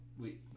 Oui